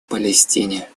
палестине